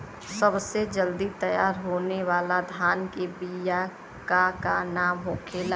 सबसे जल्दी तैयार होने वाला धान के बिया का का नाम होखेला?